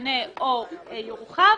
ישתנה או יורחב,